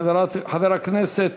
חבר הכנסת